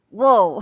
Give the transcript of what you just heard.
whoa